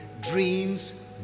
dreams